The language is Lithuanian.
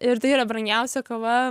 ir tai yra brangiausia kava